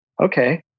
okay